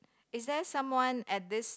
is there someone at this